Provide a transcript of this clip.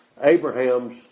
Abraham's